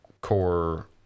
core